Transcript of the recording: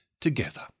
together